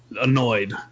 annoyed